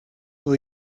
will